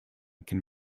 can